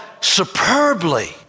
superbly